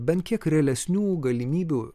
bent kiek realesnių galimybių